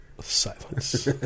silence